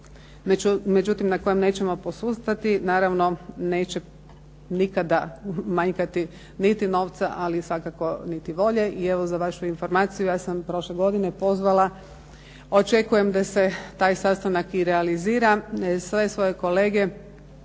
međutim na kojem nećemo posustati, naravno neće nikada manjkati niti novca, ali svakako niti volje. I evo, za vašu informaciju, ja sam prošle godine pozvala, očekujem da se taj sastanak i realizira, sve svoje kolege